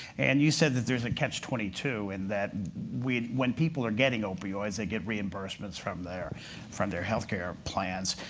and you said that there's a catch twenty two, and that when when people are getting opioids, they get reimbursements from their from their health care plans,